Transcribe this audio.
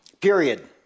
period